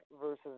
versus